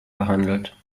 gehandelt